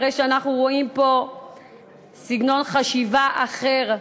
הרי שאנחנו רואים פה סגנון חשיבה אחר,